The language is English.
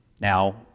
Now